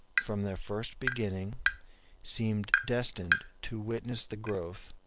from their first beginning seemed destined to witness the growth,